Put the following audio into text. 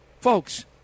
folks